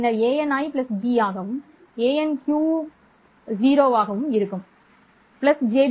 பின்னர் anI b ஆகவும் anQ 0 ஆகவும் இருக்கும் சரி